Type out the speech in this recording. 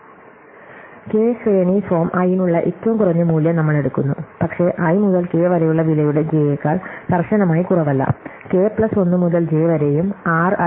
k ശ്രേണി form i നുള്ള ഏറ്റവും കുറഞ്ഞ മൂല്യം നമ്മൾ എടുക്കുന്നു പക്ഷേ i മുതൽ k വരെയുള്ള വിലയുടെ j യെക്കാൾ കർശനമായി കുറവല്ല k പ്ലസ് 1 മുതൽ j വരെയും r i തവണ C k C j